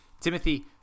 Timothy